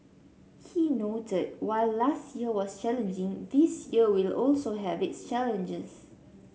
he noted while last year was challenging this year will also have its challenges